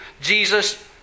Jesus